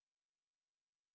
hi Yi-Ying